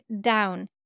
down